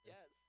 Yes